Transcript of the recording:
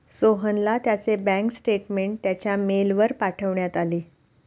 सोहनला त्याचे bank statement त्याच्या मेलवर पाठवण्यात आले